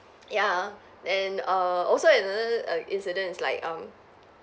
ya and err also another err incident is like um